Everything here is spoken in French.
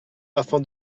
afin